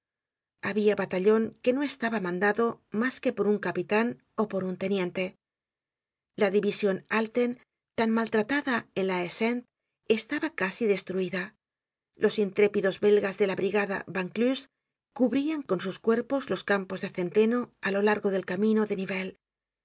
habia batallon que no estaba mandado mas que por un capitan ó por un teniente la division alten tan maltratada en la haie sainte estaba casi destruida los intrépidos belgas de la brigada van kluze cubrían con sus cuerpos los campos de centeno á lo largo del camino de niveues